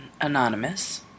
anonymous